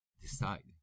decide